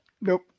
Nope